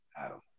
Adam